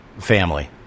family